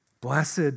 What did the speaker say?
blessed